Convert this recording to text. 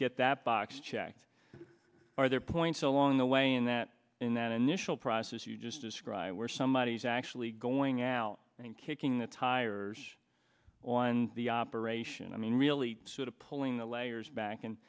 get that box checked or their points along the way in that in that initial process you just described where somebody actually going out and kicking the tires on the operation i mean really sort of pulling the layers back